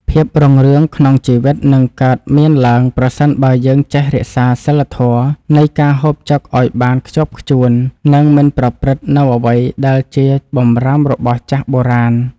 ភាពរុងរឿងក្នុងជីវិតនឹងកើតមានឡើងប្រសិនបើយើងចេះរក្សាសីលធម៌នៃការហូបចុកឱ្យបានខ្ជាប់ខ្ជួន និង មិនប្រព្រឹត្តនូវអ្វីដែលជាបម្រាមរបស់ចាស់បុរាណ។